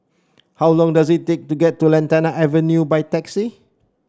how long does it take to get to Lantana Avenue by taxi